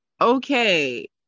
Okay